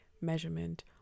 measurement